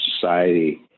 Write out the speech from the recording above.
society